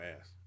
ass